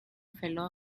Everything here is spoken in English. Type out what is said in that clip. fellow